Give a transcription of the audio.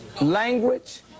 language